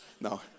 No